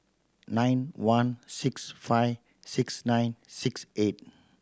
nine one six five six nine six eight